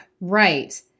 Right